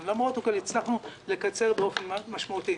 למרות הכול הצלחנו לקצר באופן משמעותי.